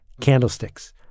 candlesticks